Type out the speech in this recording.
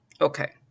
Okay